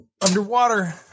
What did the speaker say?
underwater